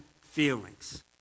feelings